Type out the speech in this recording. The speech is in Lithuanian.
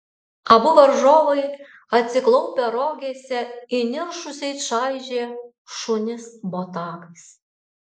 abu varžovai atsiklaupę rogėse įniršusiai čaižė šunis botagais